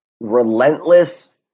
relentless